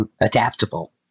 adaptable